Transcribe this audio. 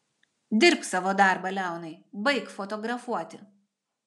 dirbk savo darbą leonai baik fotografuoti